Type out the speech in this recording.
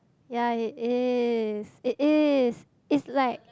ya it is it is it's like